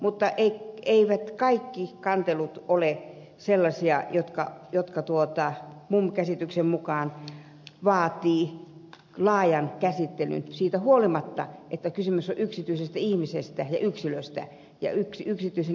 mutta eivät kaikki kantelut ole sellaisia jotka minun käsitykseni mukaan vaativat laajan käsittelyn siitä huolimatta että kysymys on yksityisestä ihmisestä ja yksilöstä ja yksityisen ihmisen turvasta